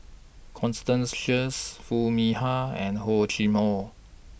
Constance Sheares Foo Mee Har and Hor Chim Or